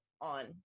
on